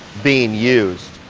being used.